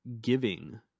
giving